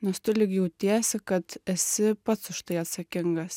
nes tu lyg jautiesi kad esi pats už tai atsakingas